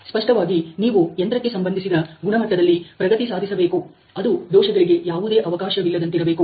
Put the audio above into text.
ಸ್ಪಷ್ಟವಾಗಿ ನೀವು ಯಂತ್ರಕ್ಕೆ ಸಂಬಂಧಿಸಿದ ಗುಣಮಟ್ಟದಲ್ಲಿ ಪ್ರಗತಿ ಸಾಧಿಸಬೇಕು ಅದು ದೋಷಗಳಿಗೆ ಯಾವುದೇ ಅವಕಾಶವಿಲ್ಲದಂತಿರಬೇಕು